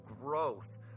growth